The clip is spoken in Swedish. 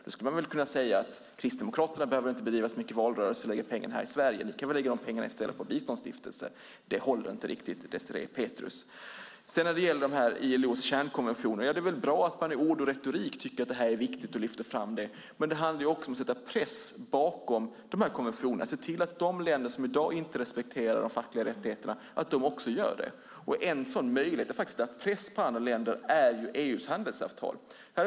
Då skulle man kunna säga att Kristdemokraterna inte behöver bedriva så mycket valrörelse och lägga pengarna här i Sverige, utan ni kan väl lägga de pengarna på biståndsstiftelsen i stället. Det håller inte riktigt, Désirée Pethrus. När det sedan gäller ILO:s kärnkonventioner är det väl bra att man i ord och retorik tycker att de är viktiga och lyfter fram dem. Men det handlar också om att sätta press bakom konventionerna och se till att de länder som i dag inte respekterar de fackliga rättigheterna gör det. En möjlighet att sätta press på andra länder är EU:s handelsavtal.